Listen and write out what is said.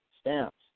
stamps